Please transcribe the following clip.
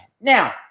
Now